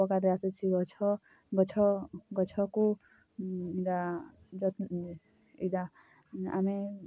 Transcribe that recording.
ଉପକାରରେ ଆସୁଛି ଗଛ ଗଛ ଗଛକୁ ଆମେ